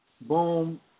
Boom